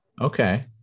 okay